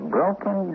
Broken